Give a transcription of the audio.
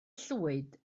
llwyd